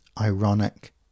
ironic